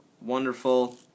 Wonderful